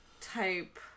type